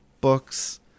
books